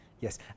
yes